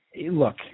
look